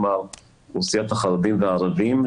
כלומר אוכלוסיות החרדים והערבים,